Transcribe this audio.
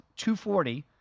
240